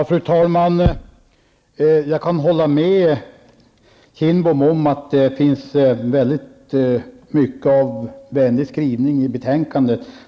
Fru talman! Jag kan hålla med Bengt Kindbom om att det finns mycket av vänlig skrivning i betänkandet.